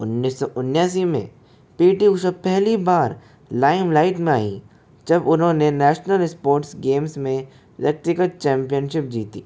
उन्नीस सौ उन्यासी में पी टी ऊषा पहली बार लाइम्लाइट में आई जब उन्होंने नैशनल स्पोर्ट्स गेम्स में इलेक्ट्रिकल चैम्पीयनशिप जीती